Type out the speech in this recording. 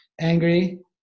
angry